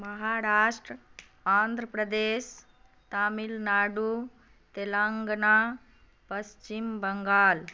Maharashtra Andhra Pradesh Tamil Nadu Telangana Paschim Bengal